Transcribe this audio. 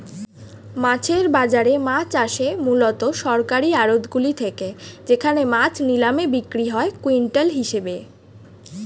মাছের বাজারে মাছ আসে মূলত সরকারি আড়তগুলি থেকে যেখানে মাছ নিলামে বিক্রি হয় কুইন্টাল হিসেবে